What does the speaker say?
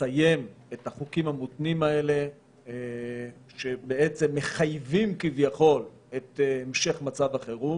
לסיים את החוקים המותנים האלה שבעצם מחייבים כביכול את המשך מצב החירום